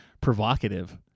provocative